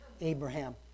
Abraham